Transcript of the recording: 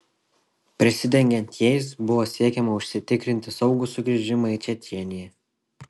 prisidengiant jais buvo siekiama užsitikrinti saugų sugrįžimą į čečėniją